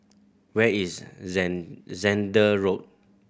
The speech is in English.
where is Zehnder Road